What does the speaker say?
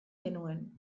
genuen